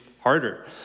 Harder